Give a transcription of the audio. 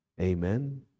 Amen